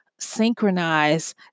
Synchronize